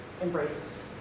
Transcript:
embrace